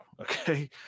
Okay